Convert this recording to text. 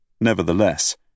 Nevertheless